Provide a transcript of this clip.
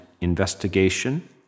investigation